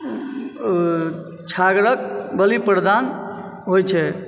छागरक बलि प्रदान होयत छै